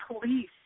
police